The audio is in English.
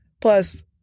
plus